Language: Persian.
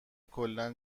کلا